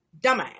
dumbass